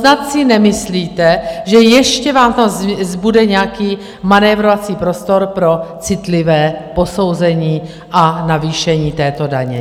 Snad si nemyslíte, že ještě vám tam zbude nějaký manévrovací prostor pro citlivé posouzení a navýšení této daně?